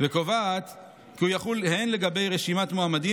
וקובעת כי הוא יחול הן לגבי רשימת מועמדים